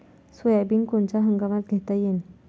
Soybean कोनच्या हंगामात घेता येईन?